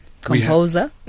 Composer